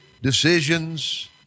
Decisions